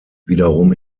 wiederum